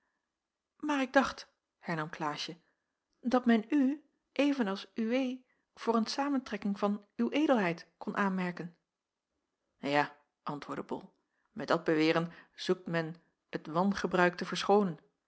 maar ik dacht hernam klaasje dat men u even als uwee voor een samentrekking van uw edelheid kon aanmerken ja antwoordde bol met dat beweren zoekt men t wangebruik te verschoonen